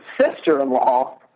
sister-in-law